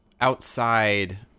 outside